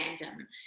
random